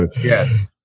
Yes